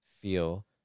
feel